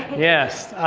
yes,